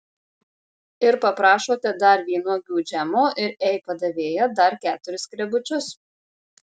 ir paprašote dar vynuogių džemo ir ei padavėja dar keturis skrebučius